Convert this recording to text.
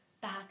back